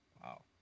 wow